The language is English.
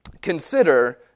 consider